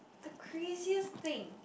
the craziest thing